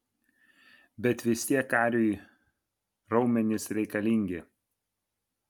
bet vis tiek kariui raumenys reikalingi